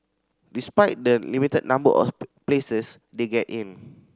despite the limited number of places they get in